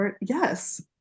yes